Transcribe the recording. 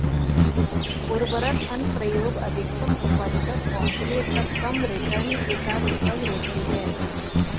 उर्वरक अनुप्रयोग अधिकतम उपज तक पहुंचने तक कम रिटर्न के साथ उपज होती है